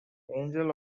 angel